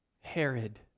Herod